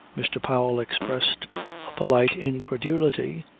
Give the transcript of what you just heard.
mr. powell expressed a polite incredulity.